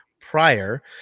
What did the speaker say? prior